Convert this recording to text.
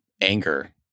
anger